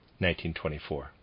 1924